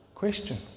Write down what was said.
question